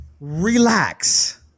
relax